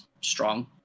strong